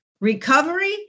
recovery